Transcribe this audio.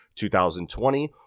2020